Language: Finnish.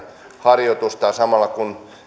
harjoitustaan samalla kun